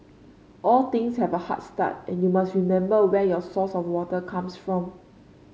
all things have a hard start and you must remember where your source of water comes from